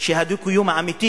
שהדו-קיום האמיתי